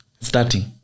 Starting